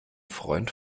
freund